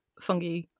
fungi